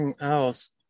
Else